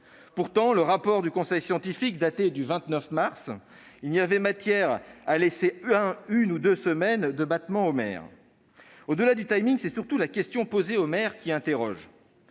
Pourtant, le rapport du conseil scientifique datait du 29 mars : il y avait matière à laisser une ou deux semaines de battement aux maires. Au-delà du, c'est surtout la question posée aux maires qui interroge